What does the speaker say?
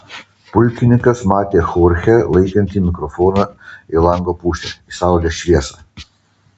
pulkininkas matė chorchę laikantį mikrofoną į lango pusę į saulės šviesą